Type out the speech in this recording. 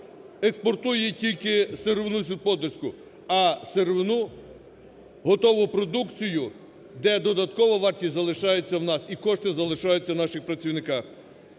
експортує тільки сировину сільськогосподарську, а сировину, готову продукцію, де додаткова вартість залишається у нас, і кошти залишаються у наших працівників.